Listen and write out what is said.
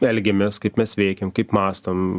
elgiamės kaip mes veikiam kaip mąstom